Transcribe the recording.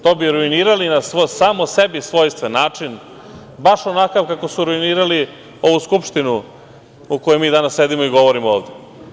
To bi ruinirali na samo sebi svojstven način, baš onakav kako su ruinirali ovu Skupštinu u kojoj mi danas sedimo i govorimo ovde.